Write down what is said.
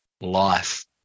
life